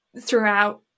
throughout